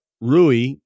Rui